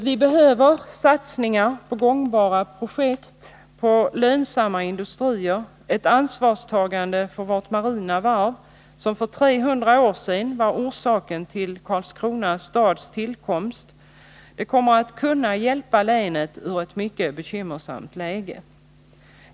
Vi behöver satsningar på gångbara projekt, på lönsamma industrier. Ett ansvarstagande för vårt marina varv, som för trehundra år sedan var anledningen till Karlskronas tillkomst, kommer att kunna hjälpa länet ur ett mycket bekymmersamt läge.